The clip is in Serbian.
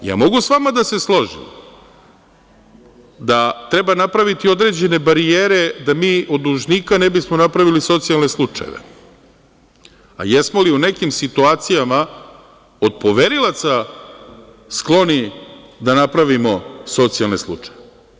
Ja mogu sa vama da se složim da treba napraviti određene barijere da mi od dužnika ne bismo napravili socijalne slučajeve, a jesmo li u nekim situacijama od poverilaca skloni da napravimo socijalne slučajeve?